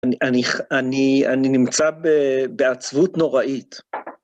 אני נמצא בעצבות נוראית.